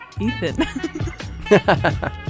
Ethan